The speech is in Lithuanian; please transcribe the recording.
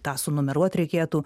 tą sunumeruot reikėtų